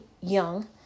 Young